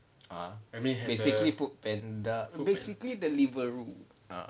(uh huh) basically Foodpanda basically Deliveroo